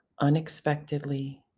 unexpectedly